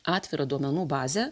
atvirą duomenų bazę